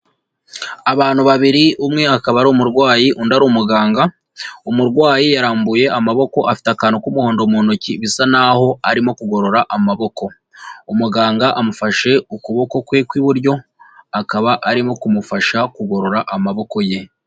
Abantu babiri umwe akaba ari umurwayi undi akaba ari umuganga, umurwayi yarambuye amaboko afite akantu k'umuhondo mu ntoki bisa n'aho arimo kugorora amaboko. Umuganga amufashe ukuboko kwe kw'iburyo akaba arimo kumufasha kugorora amaboko ye.